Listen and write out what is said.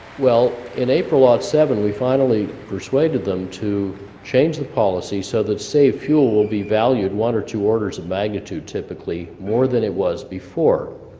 well, in april ah seven we finally persuaded them to change the policy so that saved fuel will be valued one or two orders of magnitude typically, more than it was before